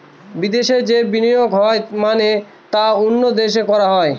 বিদেশে যে বিনিয়োগ হয় মানে তা অন্য দেশে করা হয়